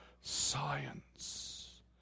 science